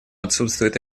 отсутствует